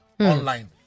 online